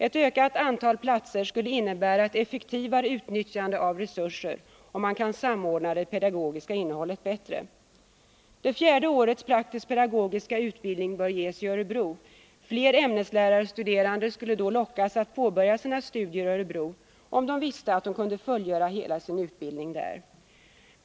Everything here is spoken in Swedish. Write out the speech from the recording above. Ett ökat antal platser skulle innebära ett effektivare utnyttjande av resurser och en bättre samordning när det gäller det pedagogiska innehållet. Fjärde årskursen av den praktisk-pedagogiska utbildningen bör äga rum i Örebro. Fler ämneslärarstuderande skulle lockas att påbörja sina studier i Örebro, om de visste att de kunde genomföra hela sin utbildning där.